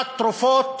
מכירת תרופות